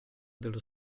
dello